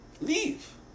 leave